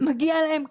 מגיע להם כבוד,